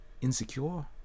insecure